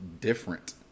different